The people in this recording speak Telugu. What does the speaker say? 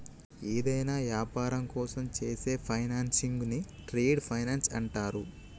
యేదైనా యాపారం కోసం చేసే ఫైనాన్సింగ్ను ట్రేడ్ ఫైనాన్స్ అంటరు